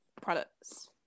products